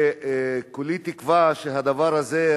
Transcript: וכולי תקווה שהדבר הזה,